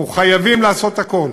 אנחנו חייבים לעשות הכול